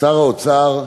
שר האוצר,